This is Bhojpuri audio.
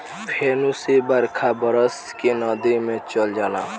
फेनू से बरखा बरस के नदी मे चल जाला